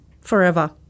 forever